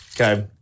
okay